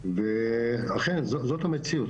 ואכן זו המציאות.